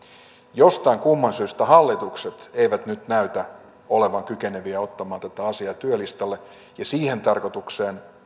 jostain kumman syystä hallitukset eivät nyt näytä olevan kykeneviä ottamaan tätä asiaa työlistalle siihen tarkoitukseen